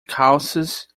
calças